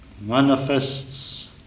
manifests